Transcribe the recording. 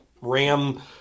ram